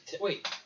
Wait